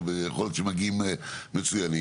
יכול להיות שמגיעים מצוינים.